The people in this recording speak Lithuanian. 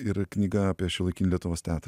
ir knyga apie šiuolaikinį lietuvos teatrą